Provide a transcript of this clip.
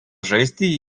žaisti